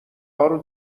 هارو